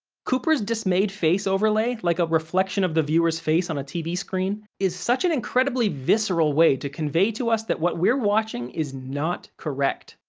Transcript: cooper's dismayed face overlay, like a reflection of the viewer's face on a tv screen, is such an incredibly visceral way to convey to us that what we're watching is not correct.